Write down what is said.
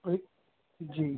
कोई जी